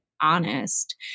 honest